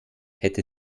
hätte